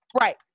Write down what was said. Right